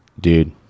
Dude